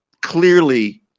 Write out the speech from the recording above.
clearly